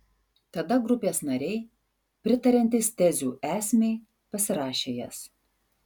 tada grupės nariai pritariantys tezių esmei pasirašė jas